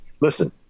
listen